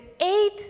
eight